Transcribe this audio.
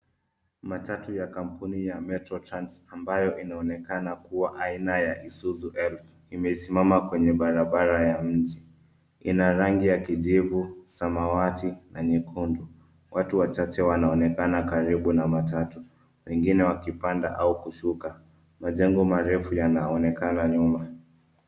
Matatu ya kampuni ya Metro Trans ambayo inaonekana kuwa aina ya Isuzu Elf imesimama kwenye barabara ya mji. Ina rangi ya kijivu, samawati na nyekundu. Watu wachache wanaonekana karibu na matatu, wengine wakipanda au kushuka. Majengo marefu yanaonekana nyuma.